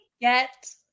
get